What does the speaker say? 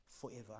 forever